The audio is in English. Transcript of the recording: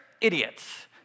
idiots